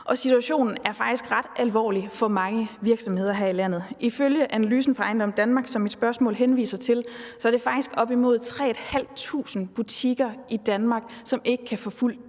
Situationen er faktisk ret alvorlig for mange virksomheder her i landet. Ifølge analysen fra EjendomDanmark, som mit spørgsmål henviser til, er det faktisk op mod 3.500 butikker i Danmark, som ikke kan få fuld